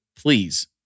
please